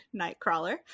Nightcrawler